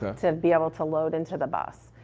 to be able to load into the bus.